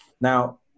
now